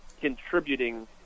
contributing